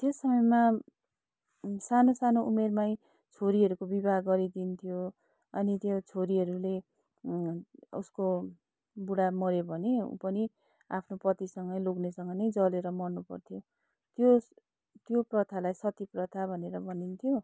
त्यस समयमा सानो सानो उमेरमै छोरीहरूको विवाह गरिदिन्थ्यो अनि त्यो छोरीहरूले उसको बुढा मर्यो भने ऊ पनि आफ्नो पतिसँगै लोग्नेसँग नै जलेर मर्नुपर्थ्यो त्यो त्यो प्रथालाई सती प्रथा भनेर भनिन्थ्यो